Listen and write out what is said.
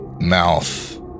mouth